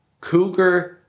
cougar